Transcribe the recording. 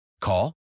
Call